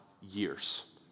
years